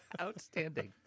Outstanding